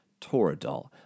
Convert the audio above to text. Toradol